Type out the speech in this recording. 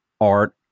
art